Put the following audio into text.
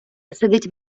сидить